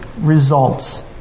results